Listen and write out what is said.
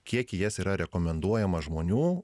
kiek į jas yra rekomenduojama žmonių